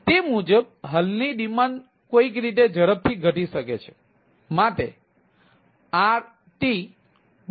તેથી તે મુજબ હાલની ડિમાન્ડ કોઈક રીતે ઝડપથી ઘટી શકે છે